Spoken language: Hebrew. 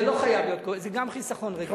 זה לא חייב להיות, זה גם חיסכון רגיל.